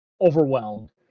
overwhelmed